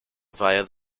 via